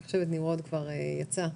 אני חושבת שנמרוד כבר יצא.